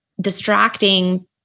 distracting